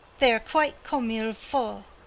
they are quite comme il faut.